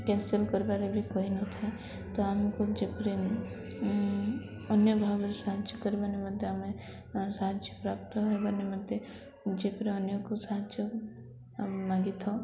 cancel କରିବାରେ ବି କହିନଥାଏ ତ ଆମକୁ ଯେପରି ଅନ୍ୟ ଭାବରେ ସାହାଯ୍ୟ କରିବା ନିମନ୍ତେ ଆମେ ସାହାଯ୍ୟ ପ୍ରାପ୍ତ ହେବା ନିମନ୍ତେ ଯେପରି ଅନ୍ୟକୁ ସାହାଯ୍ୟ ମାଗିଥାଉ